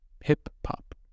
Hip-hop